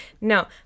no